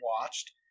watched